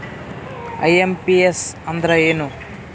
IMPS ಅಂದ್ರ ಏನು?